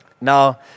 Now